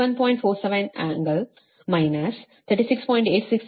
47 ಕೋನ ಮೈನಸ್ 36